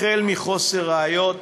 מחוסר ראיות,